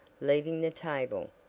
leaving the table.